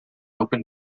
open